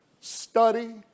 Study